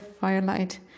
firelight